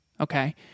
okay